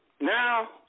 Now